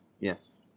Yes